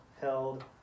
held